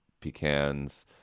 pecans